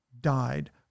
died